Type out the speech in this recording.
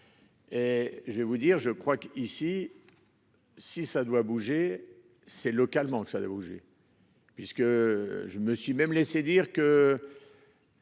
Et je vais vous dire, je crois qu'ici. Si ça doit bouger c'est localement que ça allait bouger.-- Puisque. Je me suis même laissé dire que.